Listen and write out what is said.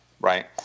right